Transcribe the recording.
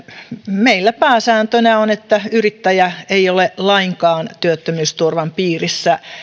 meillä pääsääntönä on että yrittäjä ei ole lainkaan työttömyysturvan piirissä